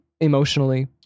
emotionally